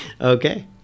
Okay